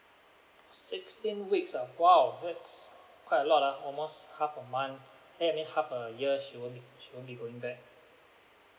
sixteen weeks ah !wow! that's quite a lot ah almost half a month then only half a year she won't be she won't be going back